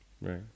right